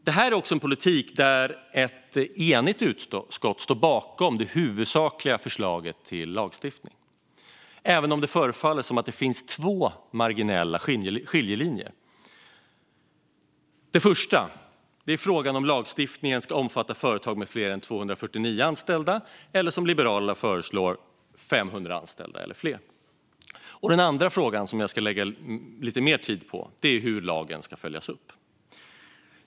Det här är också en politik där ett enigt utskott står bakom det huvudsakliga förslaget till lagstiftning, även om det förefaller finnas två marginella skiljelinjer. Den första är frågan om ska lagstiftningen ska omfatta företag med fler än 249 anställda eller som, Liberalerna föreslår, 500 anställda eller fler. Den andra frågan, som jag ska lägga lite mer tid på, är hur lagen ska följas upp.